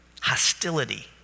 Hostility